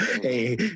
hey